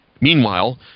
Meanwhile